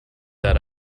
that